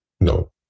No